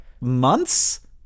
months